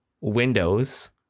windows